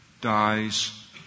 dies